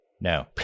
No